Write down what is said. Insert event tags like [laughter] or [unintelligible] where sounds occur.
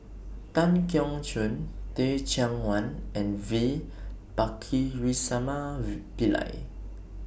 Tan Keong Choon Teh Cheang Wan and V Pakirisamy [unintelligible] Pillai [noise]